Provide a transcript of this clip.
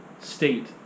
state